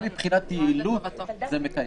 גם מבחינת יעילות זה מקיים.